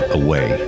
away